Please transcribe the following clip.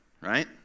right